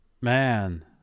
Man